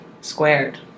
Squared